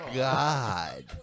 god